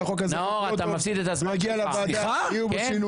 החוק הזה --- יגיע לוועדה, יהיו בו שינויים.